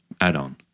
add-on